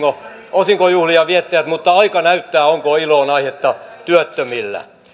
osinkojuhlien viettäjät mutta aika näyttää onko iloon aihetta työttömillä